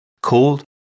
called